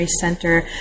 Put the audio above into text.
Center